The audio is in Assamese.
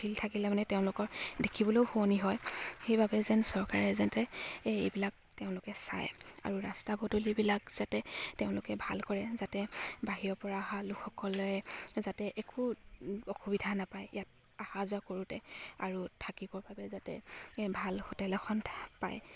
ফিল্ড থাকিলে মানে তেওঁলোকৰ দেখিবলৈও শুৱনি হয় সেইবাবে যেন চৰকাৰে যাতে এইবিলাক তেওঁলোকে চায় আৰু ৰাস্তা পদূলিবিলাক যাতে তেওঁলোকে ভাল কৰে যাতে বাহিৰৰ পৰা অহা লোকসকলে যাতে একো অসুবিধা নাপায় ইয়াত অহা যোৱা কৰোঁতে আৰু থাকিবৰ বাবে যাতে ভাল হোটেল এখন পায়